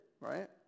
right